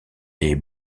est